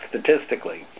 statistically